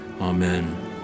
Amen